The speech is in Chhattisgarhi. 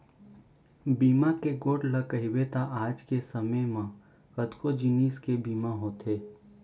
बीमा के गोठ ल कइबे त आज के समे म कतको जिनिस के बीमा होथे